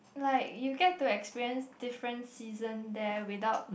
like you get to experience different season there without